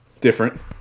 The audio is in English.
different